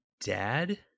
dad